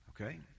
Okay